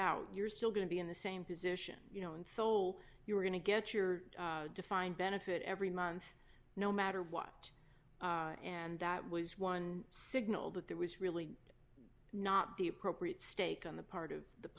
out you're still going to be in the same position you know and so you were going to get your defined benefit every month no matter what and that was one signal that there was really not the appropriate stake on the part of the